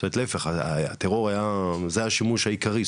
זאת אומרת, שכאן הטרור היה השימוש העיקרי.